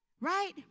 Right